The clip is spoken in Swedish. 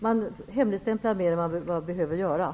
Man hemligstämplar mer än vad som behövs.